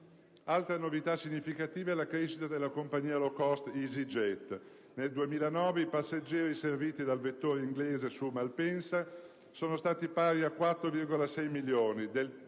Altra novità significativa è la crescita della compagnia *low cost* EasyJet. Nel 2009 i passeggeri serviti dal vettore inglese su Malpensa sono stati pari a 4,6 milioni,